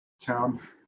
town